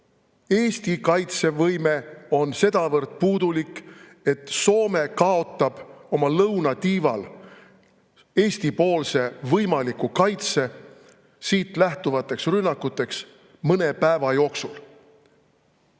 Eesti kaitsevõime on sedavõrd puudulik, et Soome kaotab oma lõunatiival Eesti-poolse võimaliku kaitse siit lähtuvate rünnakute vastu mõne päeva jooksul.